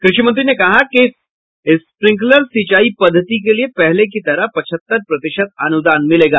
कृषि मंत्री ने कहा कि स्प्रींकलर सिंचाई पद्धति के लिये पहले की तरह पचहत्तर प्रतिशत अनुदान मिलेगा